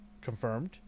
confirmed